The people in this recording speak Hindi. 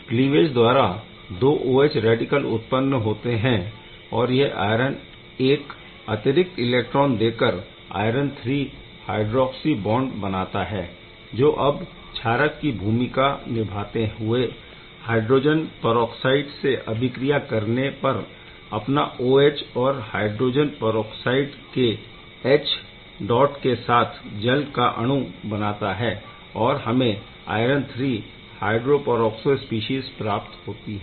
क्लीवेज द्वारा दो OH रैडिकल उत्पन्न होते है और यह आयरन एक अतिरिक्त इलेक्ट्रॉन देकर आयरन III हाइड्रोक्सी बॉन्ड बनाता है जो अब क्षारक की भूमिका निभाते हुए हाइड्रोजन परऑक्साइड से अभिक्रिया करने पर अपना OH और हाइड्रोजन परऑक्साइड के H डॉट के साथ जल का अणु बनाता है और हमें iron III hydro peroxo species प्राप्त होती है